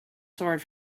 sword